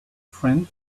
friend